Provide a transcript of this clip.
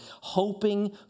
hoping